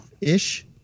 Ish